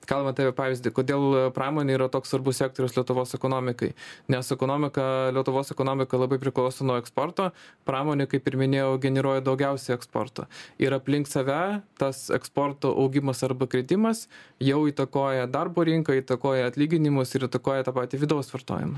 kalbant apie pavyzdį kodėl pramonė yra toks svarbus sektorius lietuvos ekonomikai nes ekonomika lietuvos ekonomika labai priklauso nuo eksporto pramonė kaip ir minėjau generuoja daugiausiai eksporto ir aplink save tas eksporto augimas arba kritimas jau įtakoja darbo rinką įtakoja atlyginimus ir įtakoja tą patį vidaus vartojimą